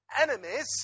enemies